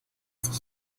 sich